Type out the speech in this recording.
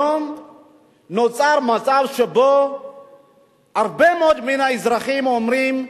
היום נוצר מצב שבו הרבה מאוד מן האזרחים אומרים: